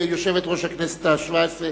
יושבת-ראש הכנסת השבע-עשרה,